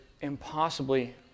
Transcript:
impossibly